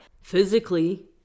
Physically